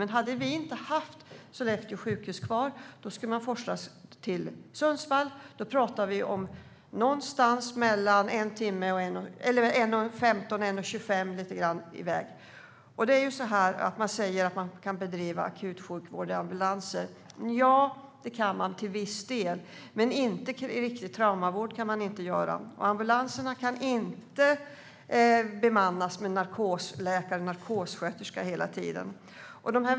Men om vi inte hade haft Sollefteå sjukhus kvar skulle de skadade ha fått föras till Sundsvall. Då talar vi om en resväg på någonstans mellan en timme och en kvart och en timme och tjugofem minuter. Man säger att man kan bedriva akutsjukvård i ambulanser. Nja, det kan man till viss del. Men riktig traumavård kan man inte utföra. Ambulanserna kan inte heller bemannas med narkosläkare och narkossköterskor hela tiden.